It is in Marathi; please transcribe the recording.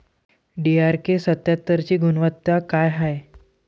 डी.आर.के सत्यात्तरची गुनवत्ता काय हाय?